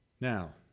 Now